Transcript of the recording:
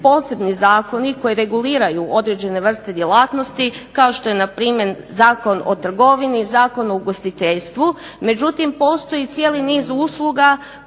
posebni zakoni koji reguliraju određene vrste djelatnosti, kao što je npr. Zakon o trgovini, Zakon o ugostiteljstvu, međutim postoji cijeli niz usluga